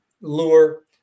lure